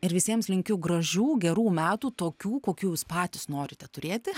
ir visiems linkiu gražių gerų metų tokių kokių jūs patys norite turėti